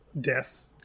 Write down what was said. death